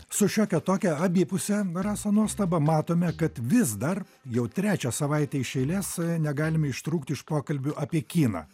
su šiokia tokia abipuse rasa nuostaba matome kad vis dar jau trečią savaitę iš eilės negalime ištrūkti iš pokalbių apie kiną